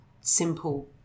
simple